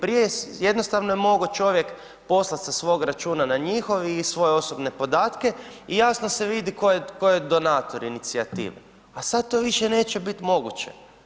Prije jednostavno je mogao čovjek poslat sa svoga računa na njihov i svoje osobne podatke i jasno se vidi tko je donator inicijative a sad to više neće bit moguće.